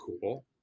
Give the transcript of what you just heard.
cool